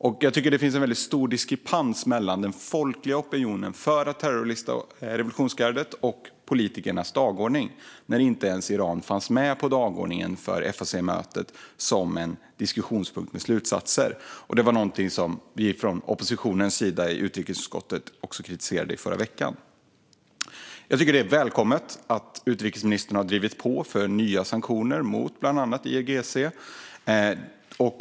Jag tycker att det finns en väldigt stor diskrepans mellan den folkliga opinionen för att terrorlista revolutionsgardet och politikernas dagordning när Iran inte ens fanns med på dagordningen för FAC-mötet som en diskussionspunkt med slutsatser. Det var någonting som vi från oppositionens sida i utrikesutskottet kritiserade i förra veckan. Det är välkommet att utrikesministern har drivit på för nya sanktioner mot bland annat IRGC.